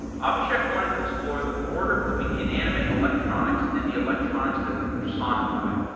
ah abhishek wanted to explore the border between inanimate electronics and the electronics that we personify.